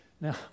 Now